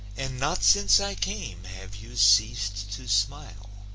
and not since i came have you ceased to smile.